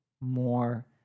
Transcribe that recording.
more